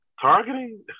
Targeting